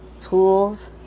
tools